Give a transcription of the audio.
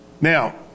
Now